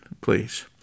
please